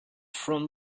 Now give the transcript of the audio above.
from